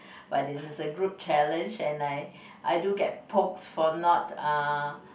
but this is group challenge and I I do get pokes for not uh